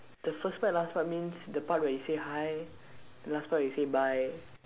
the first part last part means the part that he say hi the last part he say bye